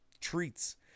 Treats